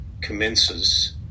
commences